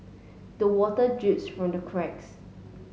the water drips from the cracks